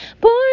Born